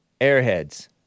Airheads